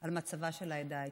על מצבה של העדה האתיופית,